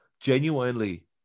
genuinely